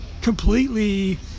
completely